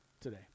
today